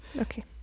okay